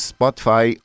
Spotify